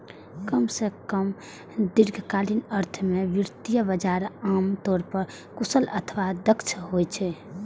कम सं कम दीर्घकालीन अर्थ मे वित्तीय बाजार आम तौर पर कुशल अथवा दक्ष होइ छै